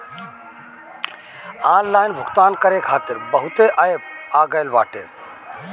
online भुगतान करे खातिर बहुते एप्प आ गईल बाटे